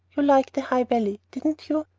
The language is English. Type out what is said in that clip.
you liked the high valley, didn't you?